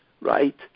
right